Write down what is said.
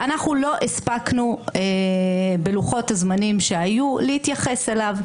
אנחנו לא הספקנו בלוחות-הזמנים שהיו להתייחס אליו,